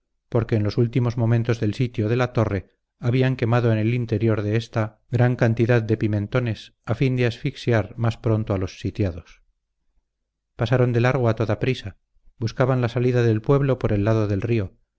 porque en los últimos momentos del sitio de la torre habían quemado en el interior de ésta gran cantidad de pimentones a fin de asfixiar más pronto a los sitiados pasaron de largo a toda prisa buscaban la salida del pueblo por el lado del río